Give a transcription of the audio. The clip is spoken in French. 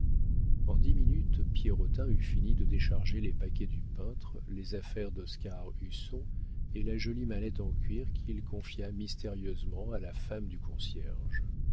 en dix minutes pierrotin eut fini de décharger les paquets du peintre les affaires d'oscar husson et la jolie mallette de cuir qu'il confia mystérieusement à la femme du concierge